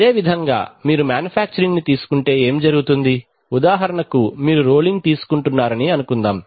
అదేవిధంగా మీరు మాన్యుఫ్యాక్చరింగ్ ని తీసుకుంటే ఏమి జరుగుతుంది ఉదాహరణకు మీరు రోలింగ్ తీసుకుంటున్నారని అనుకుందాం